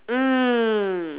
mm